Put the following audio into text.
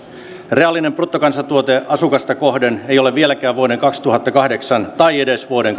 reaalinen bruttokansantuote asukasta kohden ei ole vieläkään vuoden kaksituhattakahdeksan tai edes vuoden